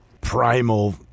primal